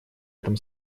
этом